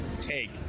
take